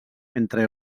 entre